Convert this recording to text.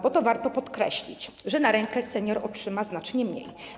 Bo warto podkreślić, że na rękę senior otrzyma znacznie mniej.